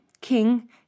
king